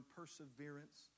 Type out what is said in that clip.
perseverance